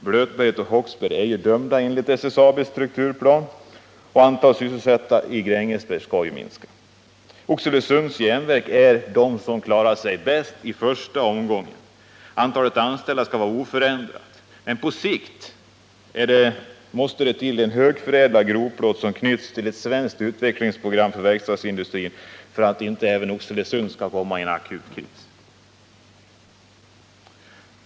Blötberget och Håksberg är redan dömda enligt SSAB:s strukturplan. Antalet sysselsatta i Grängesberg skall minska. Oxelösunds järnverk klarar sig bäst i första strukturomgången. Antalet anställda skall vara oförändrat, men på sikt måste produktion av högförädlad grovplåt knytas ihop med ett svenskt utvecklingsprogram för verkstadsindustrin för att inte även Oxelösund skall hamna i en akut kris.